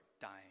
dying